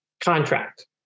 contract